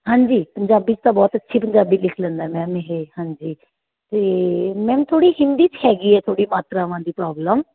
ਹਾਂਜੀ ਪੰਜਾਬੀ 'ਚ ਤਾਂ ਬਹੁਤ ਅੱਛੀ ਪੰਜਾਬੀ ਲਿਖ ਲੈਂਦਾ ਮੈਮ ਇਹ ਹਾਂਜੀ ਅਤੇ ਮੈਮ ਥੋੜ੍ਹੀ ਹਿੰਦੀ 'ਚ ਹੈਗੀ ਹੈ ਥੋੜ੍ਹੀ ਮਾਤਰਾਵਾਂ ਦੀ ਪ੍ਰੋਬਲਮ